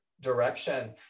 direction